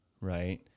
Right